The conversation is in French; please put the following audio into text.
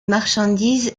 marchandise